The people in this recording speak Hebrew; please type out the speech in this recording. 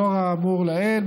לאור האמור לעיל,